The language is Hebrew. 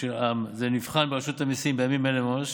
זה נבחן ברשות המיסים בימים אלה ממש